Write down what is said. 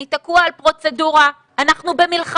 אני תקוע על פרוצדורה אנחנו במלחמה.